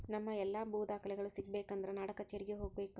ನಮ್ಮ ಎಲ್ಲಾ ಭೂ ದಾಖಲೆಗಳು ಸಿಗಬೇಕು ಅಂದ್ರ ನಾಡಕಛೇರಿಗೆ ಹೋಗಬೇಕು